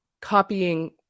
copying